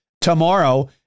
tomorrow